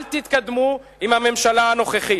אל תתקדמו עם הממשלה הנוכחית.